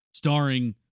Starring